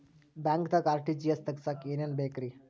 ಬ್ಯಾಂಕ್ದಾಗ ಆರ್.ಟಿ.ಜಿ.ಎಸ್ ತಗ್ಸಾಕ್ ಏನೇನ್ ಬೇಕ್ರಿ?